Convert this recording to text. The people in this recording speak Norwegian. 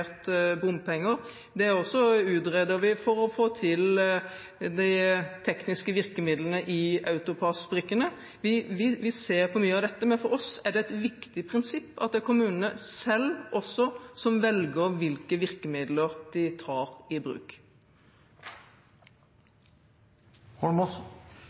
få til de tekniske virkemidlene i Autopass-brikkene. Vi ser på mye av dette, men for oss er det et viktig prinsipp at det er kommunene selv som velger hvilke virkemidler de tar i bruk.